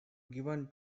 given